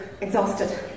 exhausted